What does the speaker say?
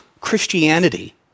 Christianity